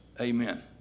Amen